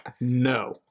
No